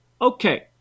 Okay